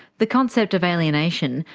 the concept of alienation,